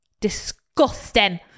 disgusting